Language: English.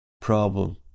problem